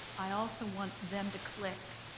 i also want them to click.